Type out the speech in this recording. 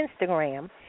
Instagram